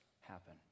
happen